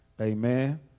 Amen